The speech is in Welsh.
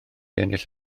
ennill